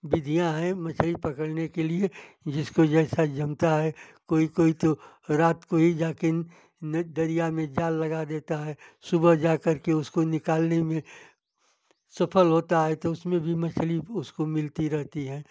विधियाँ है मछली पकड़ने के लिए जिसको जैसा जमता है कोई कोई तो रात को ही जाके न न दरिया में जाल लगा देता है सुबह जाकर के उसको निकालने में सफल होता है तो उसमें भी मछली उसको मिलती रहती है